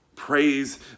Praise